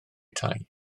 tai